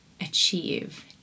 achieve